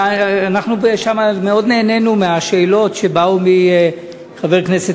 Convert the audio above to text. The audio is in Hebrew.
אנחנו מאוד נהנינו מהשאלות שבאו מחבר הכנסת